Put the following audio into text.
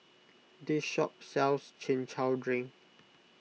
this shop sells Chin Chow Drink